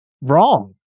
wrong